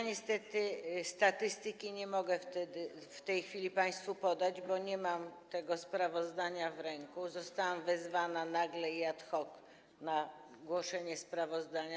Niestety statystyki nie mogę w tej chwili państwu podać, bo nie mam tego sprawozdania w ręku, zostałam wezwana nagle, ad hoc w celu wygłoszenia sprawozdania.